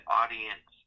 audience